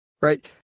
right